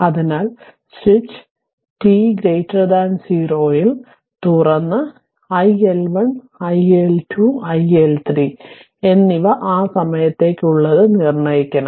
അതിനാൽ switch t 0 ൽ തുറന്ന് iL1 iL2 I L3 എന്നിവ ആ സമയത്തേക്ക് ഉള്ളത് നിർണ്ണയിക്കണം